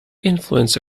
influence